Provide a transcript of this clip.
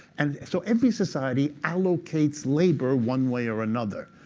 and so every society allocates labor one way or another.